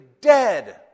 dead